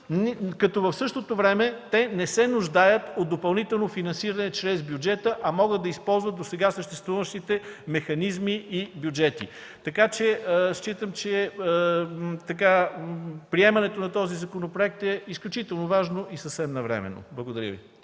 като в същото време не се нуждаят от допълнително финансиране чрез бюджета, а могат да използват досега съществуващите механизми и бюджети. Считам, че приемането на този законопроект е изключително важно и съвсем навременно. Благодаря.